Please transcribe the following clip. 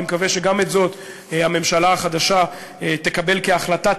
אני מקווה שגם את זאת הממשלה החדשה תקבל כהחלטה,